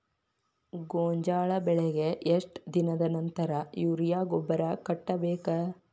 ಗೋಂಜಾಳ ಬೆಳೆಗೆ ಎಷ್ಟ್ ದಿನದ ನಂತರ ಯೂರಿಯಾ ಗೊಬ್ಬರ ಕಟ್ಟಬೇಕ?